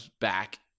back